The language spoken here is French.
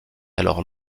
alors